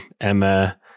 Emma